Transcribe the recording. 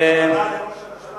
אדוני, הכוונה לראש הממשלה?